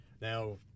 Now